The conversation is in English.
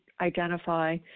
identify